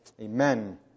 Amen